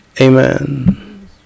Amen